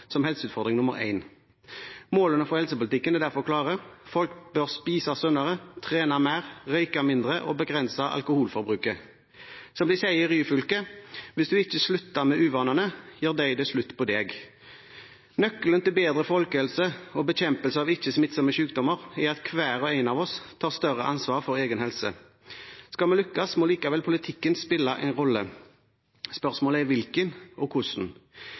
som helseutfordring nr. én. Målene for folkehelsepolitikken er derfor klare: Folk bør spise sunnere, trene mer, røyke mindre og begrense alkoholforbruket. Som de sier i Ryfylke: «Viss du ikkje sluttar med uvanane, gjer dei det slutt på deg.» Nøkkelen til bedre folkehelse og bekjempelse av ikke smittsomme sykdommer er at hver og en av oss tar større ansvar for egen helse. Skal vi lykkes, må likevel politikken spille en rolle. Spørsmålet er hvilken og hvordan.